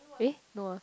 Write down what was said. eh no ah